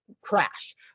crash